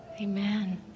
Amen